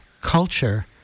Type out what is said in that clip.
culture